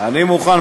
אני מוכן,